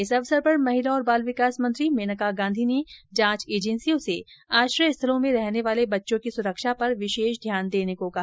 इस अवसर पर महिला और बाल विकास मंत्री मेनका गांधी ने जांच एजेन्सियों से आश्रय स्थलों में रहने वाले बच्चों की सुरक्षा पर विशेष ध्यान देने को कहा